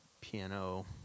piano